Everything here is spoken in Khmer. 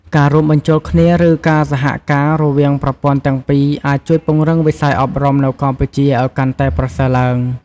ការរួមបញ្ចូលគ្នា ឬការសហការរវាងប្រព័ន្ធទាំងពីរអាចជួយពង្រឹងវិស័យអប់រំនៅកម្ពុជាឲ្យកាន់តែប្រសើរឡើង។